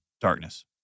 darkness